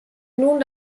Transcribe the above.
nun